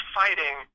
fighting